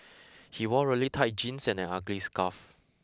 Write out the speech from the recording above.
he wore really tight jeans and an ugly scarf